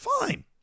fine